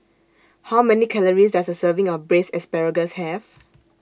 How Many Calories Does A Serving of Braised Asparagus Have